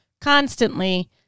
constantly